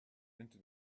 into